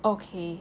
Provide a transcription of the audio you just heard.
okay